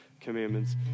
commandments